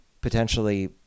potentially